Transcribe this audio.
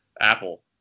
Apple